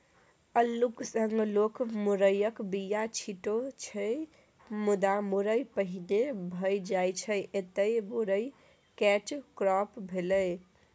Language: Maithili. अल्लुक संग लोक मुरयक बीया छीटै छै मुदा मुरय पहिने भए जाइ छै एतय मुरय कैच क्रॉप भेलै